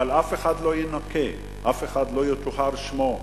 אבל אף אחד לא יינקה, אף אחד לא יטוהר שמו.